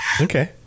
Okay